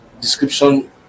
description